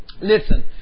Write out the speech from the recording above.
Listen